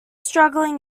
struggling